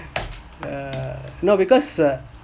uh no because uh